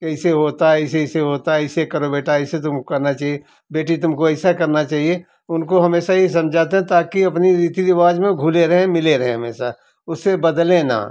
के ऐसे होता है ऐसे होता है ऐसे करो बेटा ऐसे तुमको करना चाहिए बेटी तुमको ऐसा करना चाहिए उनको हमेशा ही समझाता ताकि अपनी रीति रिवाज में घुले रहे मिले रहे हमेशा उसे बदले ना